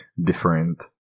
different